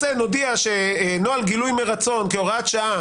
נודיע שנוהל גילוי מרצון כהוראת שעה,